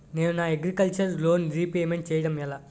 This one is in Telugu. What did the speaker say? నేను నా అగ్రికల్చర్ లోన్ రీపేమెంట్ చేయడం ఎలా?